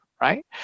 right